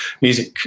music